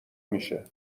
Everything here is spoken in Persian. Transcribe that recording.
میشه